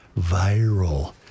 viral